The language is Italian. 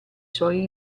suoi